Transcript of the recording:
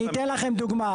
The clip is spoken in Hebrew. אני אתן לכם דוגמא.